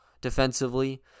defensively